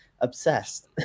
obsessed